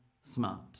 smart